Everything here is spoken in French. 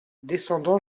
descendant